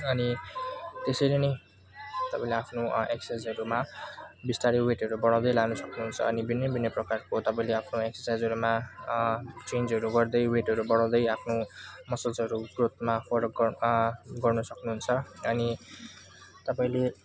अनि त्यसरी नै तपाईँले आफ्नो एक्सर्साइजहरूमा विस्तारै वेटहरू बढाउदै लानु सक्नुहुन्छ अनि भिन्नै भिन्नै प्रकारको तपाईँले आफ्नो एक्सर्साइजहरूमा चेन्जहरू गर्दै वेटहरू बढाउदै आफ्नो मसल्सहरू ग्रोथमा फरक गर्न सक्नु हुन्छ अनि तपाईँले